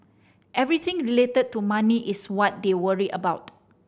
everything related to money is what they worry about